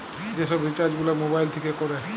যে সব রিচার্জ গুলা মোবাইল থিকে কোরে